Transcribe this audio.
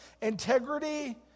integrity